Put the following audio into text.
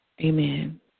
Amen